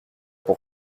pour